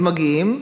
הם מגיעים.